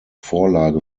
vorlage